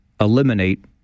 Eliminate